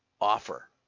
Offer